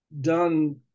done